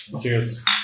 cheers